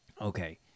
Okay